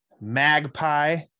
Magpie